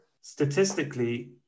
Statistically